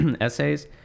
essays